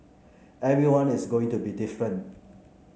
everyone is going to be different